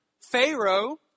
Pharaoh